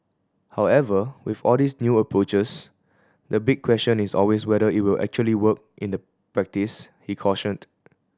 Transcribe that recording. however with all these new approaches the big question is always whether it will actually work in the practice he cautioned